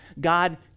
God